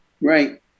Right